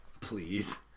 Please